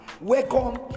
Welcome